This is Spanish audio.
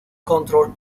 control